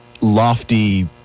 lofty